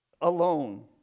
alone